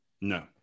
no